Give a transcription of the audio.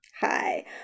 hi